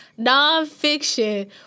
nonfiction